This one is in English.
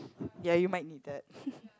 ya you might need that